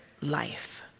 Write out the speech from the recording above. life